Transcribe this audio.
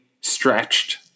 stretched